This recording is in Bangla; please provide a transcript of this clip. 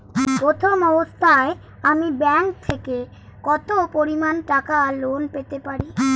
প্রথম অবস্থায় আমি ব্যাংক থেকে কত পরিমান টাকা লোন পেতে পারি?